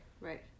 right